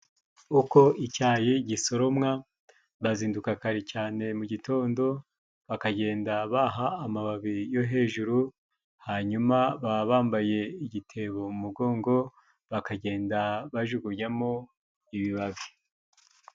Uko icayi gisoromwa bazinduka kare cane mu gitondo, bakagenda baha amababi yo hejuru, hanyuma baba bambaye igitebo mu mugongo, bakagenda bajugunyamo ibibabi.